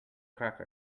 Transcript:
crackers